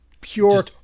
pure